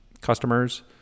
customers